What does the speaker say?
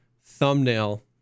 thumbnail